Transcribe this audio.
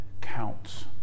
counts